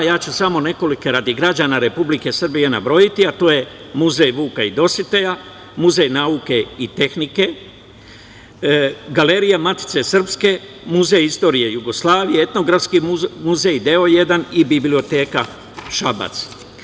Samo ću nekoliko radi građana Republike Srbije, nabrojati, a to je Muzej Vuka i Dositeja, Muzej nauke i tehnike, Galerija Matice Srpske, Muzej istorije Jugoslavije, Etnografski muzej, deo jedan, i Biblioteka Šabac.